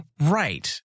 Right